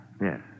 Yes